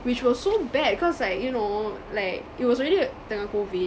which was so bad cause like you know like it was already tengah COVID